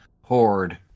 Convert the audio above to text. horde